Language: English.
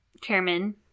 chairman